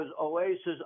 oasis